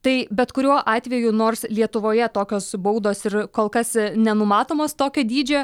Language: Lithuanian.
tai bet kuriuo atveju nors lietuvoje tokios baudos ir kol kas nenumatomos tokio dydžio